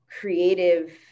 creative